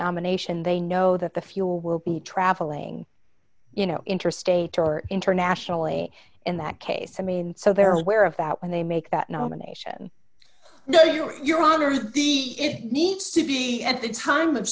nomination they know that the fuel will be traveling you know interstate or internationally in that case i mean so they're aware of that when they make that nomination no you your honor to be it needs to be at the time of